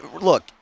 look